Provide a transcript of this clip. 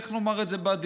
איך נאמר את זה בעדינות?